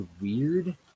weird